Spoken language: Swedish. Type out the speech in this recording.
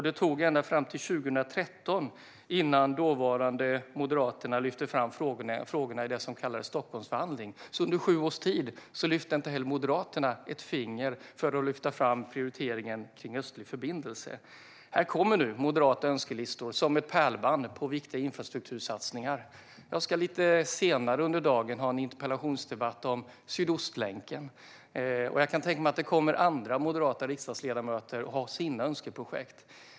Det tog ända fram till 2013 innan Moderaterna lyfte fram frågorna i det som kallades Stockholmsförhandlingen. Under sju års tid lyfte inte heller Moderaterna ett finger för att lyfta fram prioriteringen av Östlig förbindelse. Här kommer nu moderata önskelistor, som ett pärlband, med viktiga infrastruktursatsningar. Jag ska lite senare under dagen ha en interpellationsdebatt om Sydostlänken. Jag kan tänka mig att det kommer andra moderata riksdagsledamöter som har sina önskeprojekt.